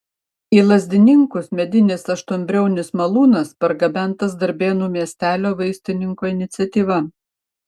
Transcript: į lazdininkus medinis aštuonbriaunis malūnas pargabentas darbėnų miestelio vaistininko iniciatyva